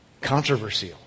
Controversial